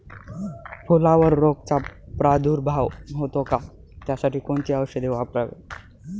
फुलावर रोगचा प्रादुर्भाव होतो का? त्यासाठी कोणती औषधे वापरावी?